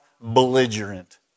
belligerent